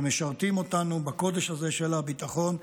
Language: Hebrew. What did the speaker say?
שמשרתים אותנו בקודש הזה של הביטחון,